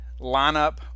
lineup